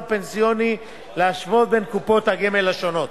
פנסיוני להשוות בין קופות הגמל השונות.